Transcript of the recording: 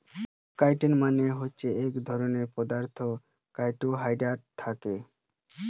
chitin মানে হতিছে এক ধরণের পদার্থ যাতে কার্বোহাইড্রেট থাকে